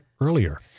earlier